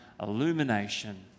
illumination